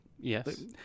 Yes